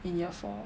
in year four